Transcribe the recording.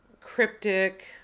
cryptic